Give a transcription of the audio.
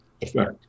effect